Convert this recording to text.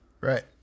right